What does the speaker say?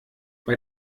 bei